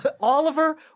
Oliver